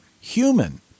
human